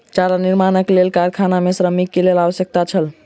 चारा निर्माणक लेल कारखाना मे श्रमिक के आवश्यकता छल